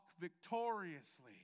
victoriously